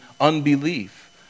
unbelief